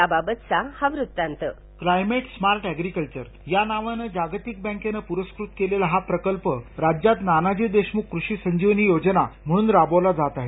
या बाबतचा हा वृत्तांत व्हॉइस कास्ट रायगड स्मार्ट बॅग्रीकल्चर या नावानं जायतिक बॅकेनं पुरस्कृत केलेला हा प्रकल्प राज्यात नानाजी देशमुख कृषी संजीवनी योजना म्हणून राबवला जात आहे